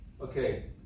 okay